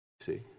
See